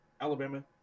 alabama